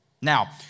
Now